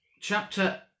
chapter